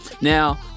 Now